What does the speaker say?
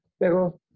Pero